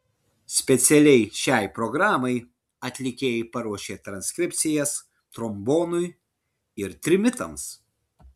specialiai šiai programai atlikėjai paruošė transkripcijas trombonui ir trimitams